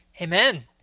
Amen